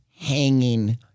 hanging